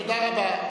תודה רבה.